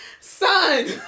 Son